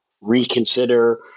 reconsider